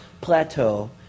plateau